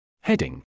Heading